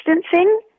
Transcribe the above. distancing